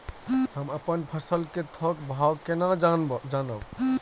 हम अपन फसल कै थौक भाव केना जानब?